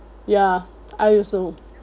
ya I also